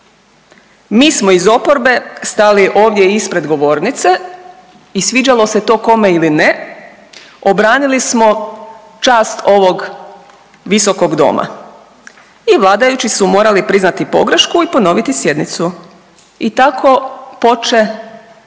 Mi smo iz oporbe stali ovdje ispred govornice i sviđalo se to kome ili ne obranili smo čast ovog visokog doma i vladajući su morali priznati pogrešku i ponoviti sjednicu i tako poče mandat